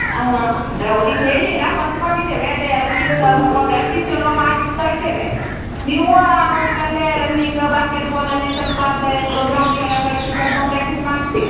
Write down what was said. ಅವ ಅಂದರೆ ಅವ್ರಿಗೆ ಹೇಳಲಿಲ್ಲ ಬರ್ದುಕೊಂಡಿದ್ದೇವೆ ಅದೇ ರನ್ನಿಂಗ್ ಸ್ವಲ್ಪ ಪ್ರ್ಯಾಕ್ಟೀಸ್ ಚೊಲೋ ಮಾಡಿಸ್ತಾಯಿದ್ದೇವೆ ನೀವೂ ಅವ್ನಿಗೆ ಅಲ್ಲೇ ರನ್ನಿಂಗ್ ಬಾಸ್ಕೆಟ್ಬಾಲಲ್ಲಿ ಸ್ವಲ್ಪ ಅಂದರೆ ಗ್ರೌಂಡಿಗೆಲ್ಲ ಕಳಿಸಿ ಸ್ವಲ್ಪ ಪ್ರ್ಯಾಕ್ಟೀಸ್ ಮಾಡಿಸಿ